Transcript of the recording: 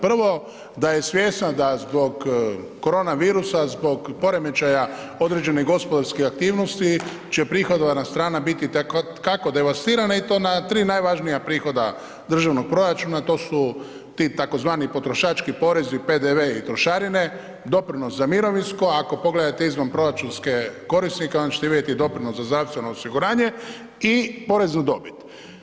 Prvo, da je svjesna da zbog korona virusa, zbog poremećaja određenih gospodarskih aktivnosti će prihodovna strana biti itekako devastirana i to na 3 najvažnija prihoda državnog proračuna, to su ti tzv. potrošački porezi, PDV i trošarine, doprinos za mirovinsko, ako pogledate izvanproračunske korisnike, onda ćete vidjeti doprinos za zdravstveno osiguranje i porez na dobit.